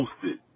posted